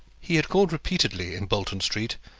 he had called repeatedly in bolton street,